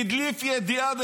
הדליף ידיעה,